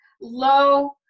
low